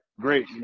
great